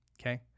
okay